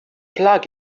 plug